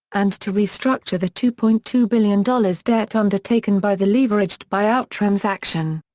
and to restructure the two point two billion dollars debt undertaken by the leveraged buy-out transaction.